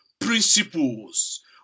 principles